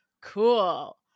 cool